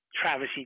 Travis